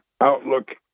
outlook